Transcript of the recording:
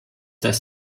das